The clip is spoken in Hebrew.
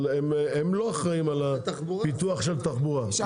אבל חנ"י לא אחראים על פיתוח התחבורה,